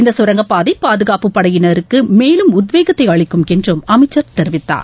இந்த சுரங்க பாதை பாதுகாப்பு படையினருக்கு மேலும் உத்வேகத்தை அளிக்கும் என்று அமைச்சர் தெரிவித்தார்